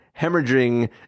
hemorrhaging